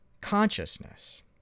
consciousness